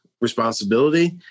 responsibility